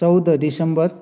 चौध दिसम्बर